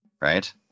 Right